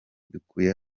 dukuye